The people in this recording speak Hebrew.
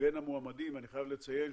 אני חייב לציין,